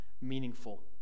meaningful